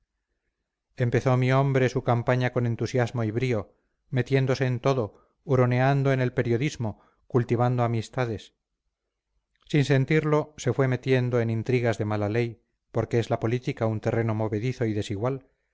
buenas empezó mi hombre su campaña con entusiasmo y brío metiéndose en todo huroneando en el periodismo cultivando amistades sin sentirlo se fue metiendo en intrigas de mala ley porque es la política un terreno movedizo y desigual